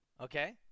Okay